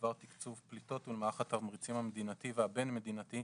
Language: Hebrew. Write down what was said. בדבר תקצוב פליטות ולמערך התמריצים המדינתי והבין-מדינתי,